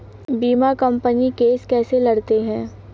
बीमा company case कैसे लड़ती है?